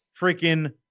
freaking